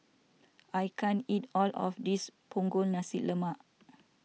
I can't eat all of this Punggol Nasi Lemak